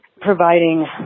providing